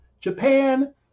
Japan